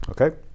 Okay